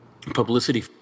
publicity